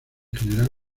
general